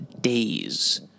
days